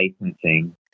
licensing